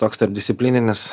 toks tarpdisciplininis